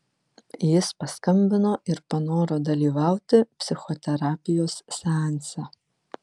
jis paskambino ir panoro dalyvauti psichoterapijos seanse